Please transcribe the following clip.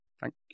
Thank